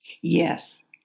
Yes